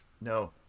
no